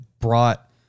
brought